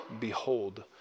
behold